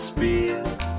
Spears